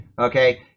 okay